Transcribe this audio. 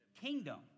kingdom